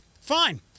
fine